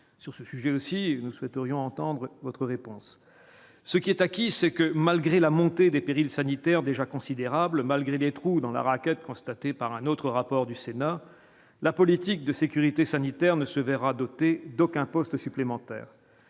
Sur ce sujet aussi, nous souhaiterions entendre votre réponse, ce qui est acquis, c'est que malgré la montée des périls sanitaires déjà considérable malgré des trous dans la raquette constatée par un autre rapport du Sénat, la politique de sécurité sanitaire ne se verra doté d'aucun poste supplémentaire